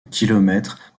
kilomètres